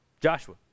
Joshua